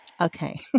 Okay